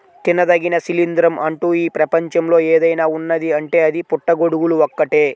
తినదగిన శిలీంద్రం అంటూ ఈ ప్రపంచంలో ఏదైనా ఉన్నదీ అంటే అది పుట్టగొడుగులు ఒక్కటే